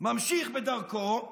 ממשיך בדרכו.